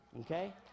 Okay